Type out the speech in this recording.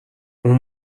اون